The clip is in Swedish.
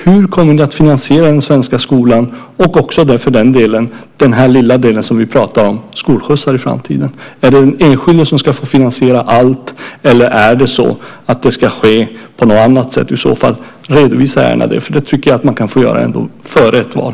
Hur kommer ni att finansiera den svenska skolan och för den delen också den här lilla delen som vi pratar om, skolskjutsar, i framtiden? Är det den enskilde som ska få finansiera allt eller ska finansieringen ske på något annat sätt? Redovisa gärna det, för det tycker jag att man kan göra, helst före ett val.